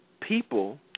people